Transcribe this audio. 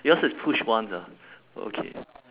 yours is push once ah okay